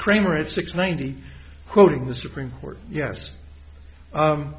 kramer it's six ninety quoting the supreme court yes